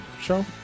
show